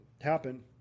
happen